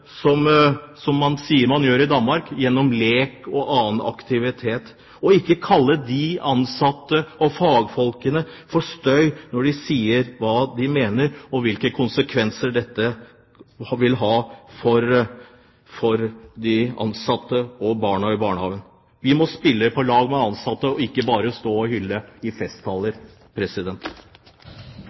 den måten man gjør i Danmark, gjennom lek og annen aktivitet, og ikke kalle det støy når ansatte og fagfolk sier hva de mener, og når de snakker om hvilke konsekvenser dette vil ha for de ansatte og for barna i barnehagen. Vi må spille på lag med de ansatte, ikke bare hylle i festtaler.